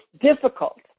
difficult